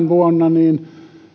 vuonna kahdeksankymmentäseitsemän